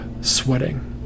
sweating